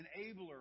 enabler